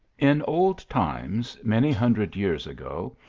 in old times, many hundred years ago,